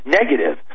negative